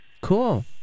Cool